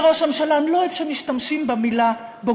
אומר ראש הממשלה: אני לא אוהב שמשתמשים במילה בוגדים.